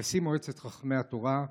נשיא מועצת חכמי התורה,